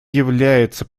является